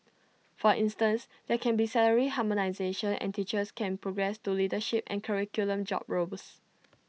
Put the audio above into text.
for instance there can be salary harmonisation and teachers can progress to leadership and curriculum job roles